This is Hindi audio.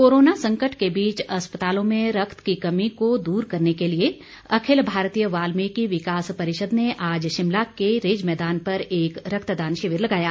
कोरोना संकट के बीच अस्पतालों में रक्त की कमी को दूर करने के लिए अखिल भारतीय वाल्मीकि विकास परिषद ने आज शिमला के रिज मैदान पर एक रक्तदान शिविर लगाया